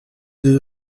deux